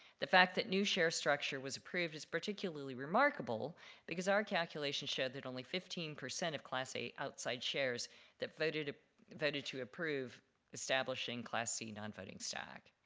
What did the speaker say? the fact that new share structure was approved is particularly remarkable because our calculation showed only fifteen percent of class a outside shares that voted to voted to approve establishing class c nonvoting stack.